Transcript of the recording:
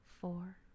four